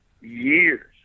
years